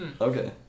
okay